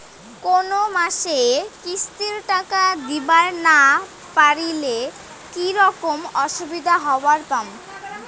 কোনো মাসে কিস্তির টাকা দিবার না পারিলে কি রকম অসুবিধা হবার পায়?